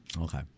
Okay